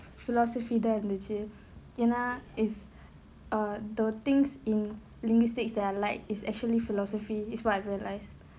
philosophy தான் இருந்துச்சு ஏனா:thaan irunthuchu yaenaa is err the things in linguistics that I like is actually philosophy it's what I realised